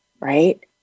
right